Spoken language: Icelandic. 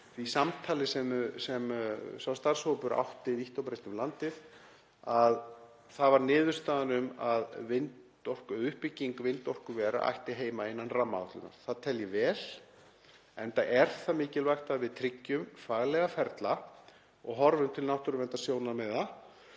því samtali sem sá starfshópur átti vítt og breitt um landið; niðurstaðan um að uppbygging vindorkuvera ætti heima innan rammaáætlunar. Það tel ég vel, enda er mikilvægt að við tryggjum fagleg ferli og horfum til náttúruverndarsjónarmiða